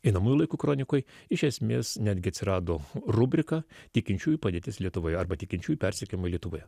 einamųjų laikų kronikoj iš esmės netgi atsirado rubrika tikinčiųjų padėtis lietuvoje arba tikinčiųjų persekiojimai lietuvoje